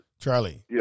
Charlie